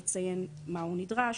לציין מה הוא נדרש,